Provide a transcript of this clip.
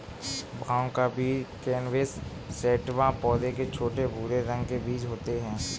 भाँग का बीज कैनबिस सैटिवा पौधे के छोटे, भूरे रंग के बीज होते है